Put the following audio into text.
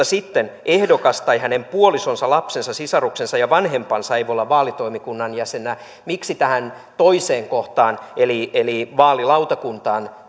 sitten ehdokas tai hänen puolisonsa lapsensa sisaruksensa ja vanhempansa ei voi olla vaalitoimikunnan jäsenenä miksi tähän toiseen kohtaan eli eli vaalilautakuntaan